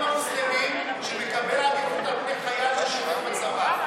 המוסלמים שמקבל עדיפות על חייל ששירת בצבא.